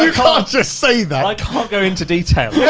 you can't just say that! i can't go into detail. yeah